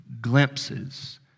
glimpses